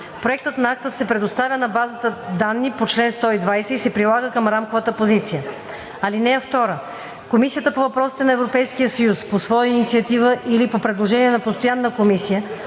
Проектът на акт се предоставя от базата данни по чл. 120 и се прилага към рамковата позиция. (2) Комисията по въпросите на Европейския съюз по своя инициатива или по предложение на постоянна комисия